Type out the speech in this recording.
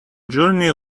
journey